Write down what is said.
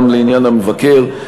גם לעניין המבקר,